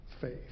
faith